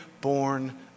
born